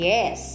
Yes